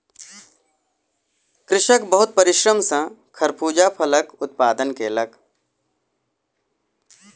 कृषक बहुत परिश्रम सॅ खरबूजा फलक उत्पादन कयलक